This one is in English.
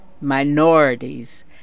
minorities